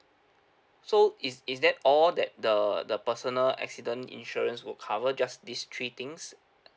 so is is that all that the the personal accident insurance would cover just these three things